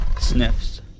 sniffs